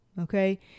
Okay